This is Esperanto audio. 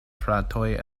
fratoj